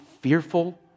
fearful